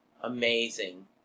amazing